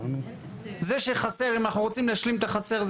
זה שאנחנו רוצים להשלים את החסר,